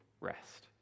rest